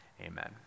Amen